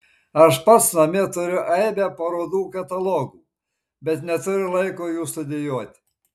aš pats namie turiu aibę parodų katalogų bet neturiu laiko jų studijuoti